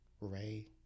Ray